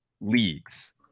leagues